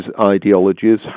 ideologies